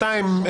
שניים?